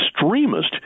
extremist